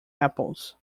apples